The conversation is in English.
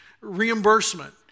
reimbursement